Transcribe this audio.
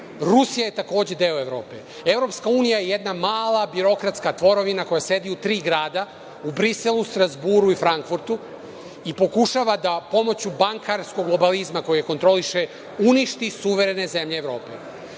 Rusija je takođe deo Evrope. Evropska unija je jedna mala birokratska tvorevina koja sedi u tri grada, u Briselu, Strazburu i Frankfurtu i pokušava da pomoću bankarskog globalizma koji kontroliše, uništi suverene zemlje Evrope. Srbija